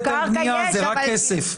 זה רק כסף.